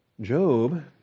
Job